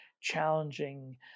challenging